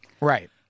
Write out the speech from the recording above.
Right